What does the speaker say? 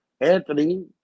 anthony